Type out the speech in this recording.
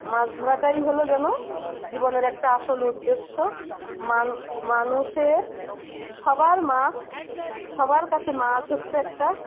মাছ ধরাটাই হলো যেন জীবনের একটা আসল উদ্দেশ্য মান মানুষের সবার মাছ সবার কাছে মাছ হচ্ছে একটা